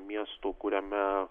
miestu kuriame